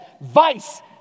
vice